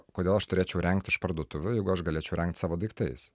kodėl aš turėčiau rengti iš parduotuvių jeigu aš galėčiau rengti savo daiktais